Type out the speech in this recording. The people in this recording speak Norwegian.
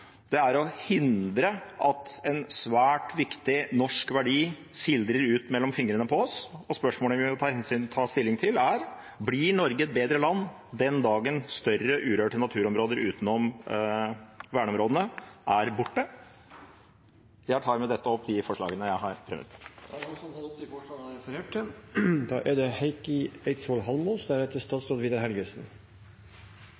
Det er å hindre at en svært viktig norsk verdi sildrer ut mellom fingrene på oss, og spørsmålet vi må ta stilling til, er: Blir Norge et bedre land den dagen større urørte naturområder utenom verneområdene er borte? Jeg tar med dette opp de forslagene som Miljøpartiet De Grønne har alene, og de som vi har sammen med SV. Representanten Rasmus Hansson har tatt opp de forslagene han refererte til.